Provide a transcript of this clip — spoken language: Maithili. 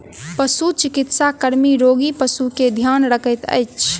पशुचिकित्सा कर्मी रोगी पशु के ध्यान रखैत अछि